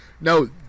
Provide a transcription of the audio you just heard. No